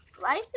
life